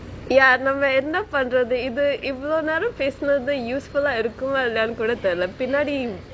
ya நம்ம என்ன பண்றது இது இவ்வளோ நேர பேசனது:namme enna pandrathu ithu ivalo neram pesanathu useful லா இருக்குமா இல்லையானுகோடே தெரியலே பின்னாடி:laa irukumaa illaiyanukode terile pinnadi